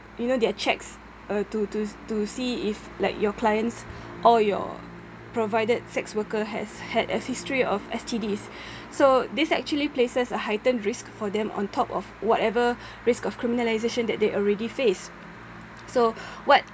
you know there are checks uh to to to see if like your clients or your provided sex worker has had a history of S_T_Ds so this actually places a heightened risk for them on top of whatever risk of criminalisation that they already face so what